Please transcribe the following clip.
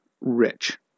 rich